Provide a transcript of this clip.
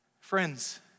friends